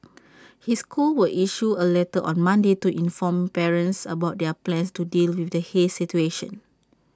his school will issue A letter on Monday to inform parents about their plans to deal with the haze situation